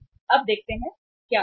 अब देखते हैं कि क्या होता है